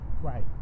right